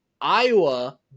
Iowa